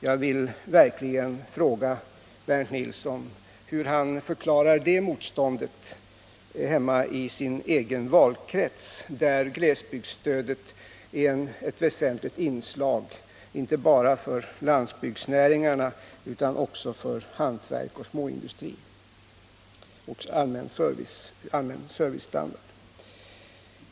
Jag vill fråga Bernt Nilsson hur han förklarar det motståndet hemma i sin valkrets, där glesbygdsstödet är väsentligt, inte bara för landsbygdsnäringarna utan också för hantverk och småindustri och för standarden på den allmänna servicen.